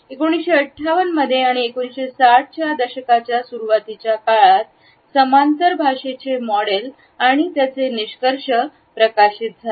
1958 मध्ये आणि 1960 च्या दशकाच्या सुरूवातीच्या काळात समांतर भाषेचे मॉडेल आणि त्याचे निष्कर्ष प्रकाशित झाले